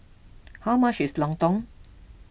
how much is Lontong